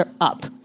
up